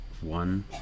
one